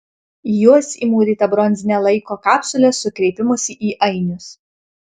į juos įmūryta bronzinė laiko kapsulė su kreipimusi į ainius